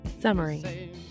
Summary